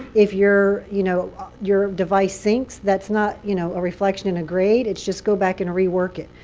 if your you know your device sinks, that's not you know a reflection in a grade. it's just go back and rework it.